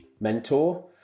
mentor